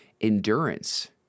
endurance